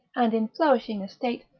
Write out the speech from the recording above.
and in flourishing estate,